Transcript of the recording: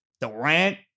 Durant